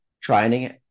training